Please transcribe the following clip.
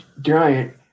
Giant